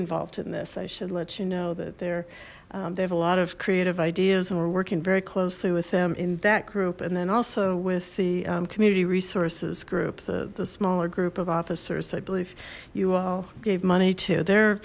involved in this i should let you know that there they have a lot of creative ideas and we're working very closely with them in that group and then also with the community resources group the the smaller group of officers i believe you all gave money to the